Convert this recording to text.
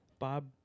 Bob